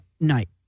night